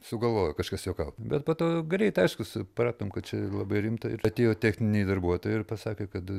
sugalvojo kažkas juokaut bet po to greit aišku supratom kad čia labai rimta ir atėjo techniniai darbuotojai ir pasakė kad